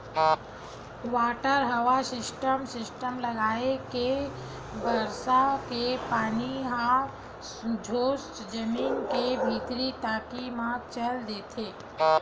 water harvesting system लगाए ले बरसा के पानी ह सोझ जमीन के भीतरी कोती म चल देथे